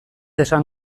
esan